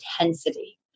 intensity